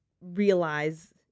realize